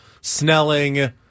Snelling